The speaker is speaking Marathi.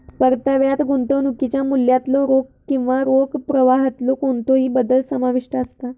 परताव्यात गुंतवणुकीच्या मूल्यातलो किंवा रोख प्रवाहातलो कोणतोही बदल समाविष्ट असता